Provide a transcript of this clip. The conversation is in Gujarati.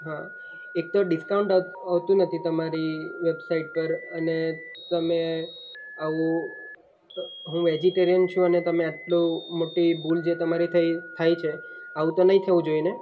હા એક તો ડિસ્કાઉન્ટ હોતું નથી તમારી વેબસાઇટ પર અને તમે આવું હું વેજીટેરિયન છું અને તમે આટલું મોટી ભૂલ જે તમારી થઈ થાય છે આવું તો નહીં થવું જોઈએ ને